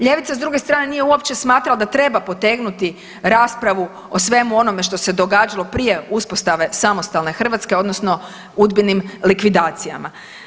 Ljevica s druge strane nije uopće smatrala da treba potegnuti raspravu o svemu onome što se događalo prije uspostave samostalne Hrvatske odnosno udbinim likvidacijama.